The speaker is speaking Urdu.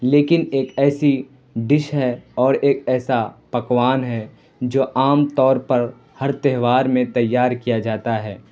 لیکن ایک ایسی ڈش ہے اور ایک ایسا پکوان ہے جو عام طور پر ہر تہوار میں تیار کیا جاتا ہے